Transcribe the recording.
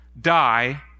die